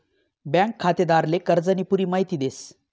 bank खातेदारले कर्जानी पुरी माहिती देस